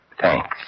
thanks